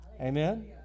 amen